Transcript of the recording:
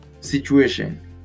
situation